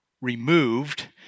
removed